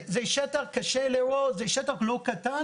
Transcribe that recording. זה שטח לא קטן,